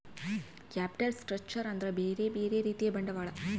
capital structure ಅಂದ್ರ ಬ್ಯೆರೆ ಬ್ಯೆರೆ ರೀತಿಯ ಬಂಡವಾಳ